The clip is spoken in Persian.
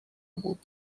بود